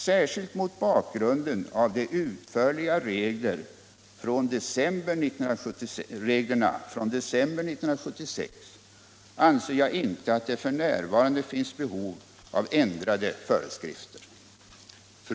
Särskilt mot bakgrunden av de utförliga reglerna från december 1976 anser jag inte att det f.n. finns behov av ändrade föreskrifter.